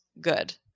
good